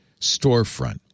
storefront